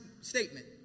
statement